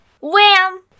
Wham